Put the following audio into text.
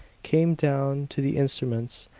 came down to the instruments,